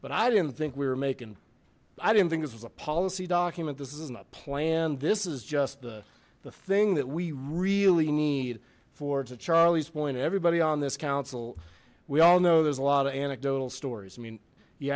but i didn't think we were making i didn't think this was a policy document this isn't a plan this is just the thing that we really need for to charlie's point everybody on this council we all know there's a lot of anecdotal stories i mean you